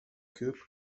coop